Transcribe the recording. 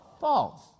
False